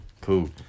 cool